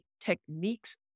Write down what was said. techniques